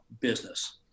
business